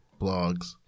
blogs